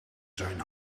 zijn